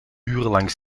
urenlang